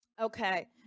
Okay